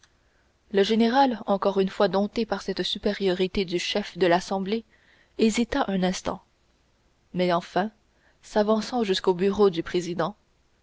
le général encore une fois dompté par cette supériorité du chef de l'assemblée hésita un instant mais enfin s'avançant jusqu'au bureau du président